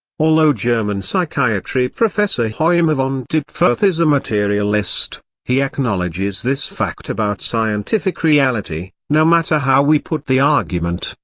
although german psychiatry professor hoimar von ditfurth is a materialist, he acknowledges this fact about scientific reality no matter how we put the argument,